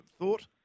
thought